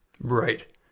right